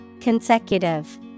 Consecutive